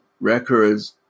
records